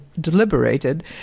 deliberated